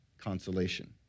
Consolation